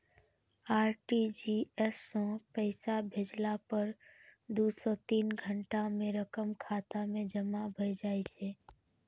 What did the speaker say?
RTGS सं पैसा भेजला पर दू सं तीन घंटा मे रकम खाता मे जमा भए जाइ छै